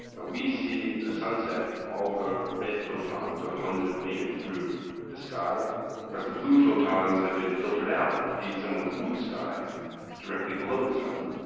ah we see a sunset, all the red photons are the ones that have made it through the sky, of course the blue photons have been filtered out to be someone's blue sky directly below the sun.